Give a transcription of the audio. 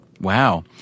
Wow